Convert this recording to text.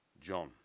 John